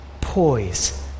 poise